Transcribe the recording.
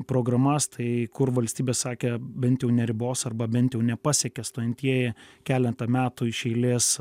programas tai kur valstybė sakė bent jau neribos arba bent jau nepasiekė stojantieji keletą metų iš eilės